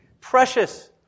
precious